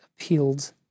appealed